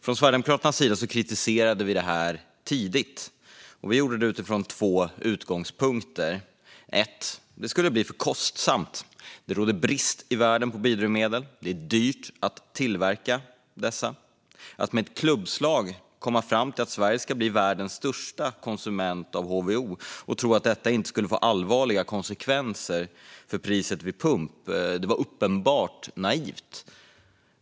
Från Sverigedemokraternas sida kritiserade vi detta tidigt. Vi gjorde det utifrån två utgångspunkter. För det första skulle det bli för kostsamt. Det råder brist i världen på biodrivmedel. Det är dyrt att tillverka dessa. Att med ett klubbslag komma fram till att Sverige ska bli världens största konsument av HVO och tro att detta inte skulle få allvarliga konsekvenser för priset vid pump var uppenbart naivt.